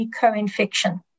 co-infection